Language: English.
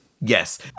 Yes